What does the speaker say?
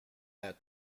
that